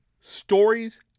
stories